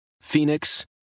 Phoenix